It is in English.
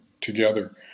together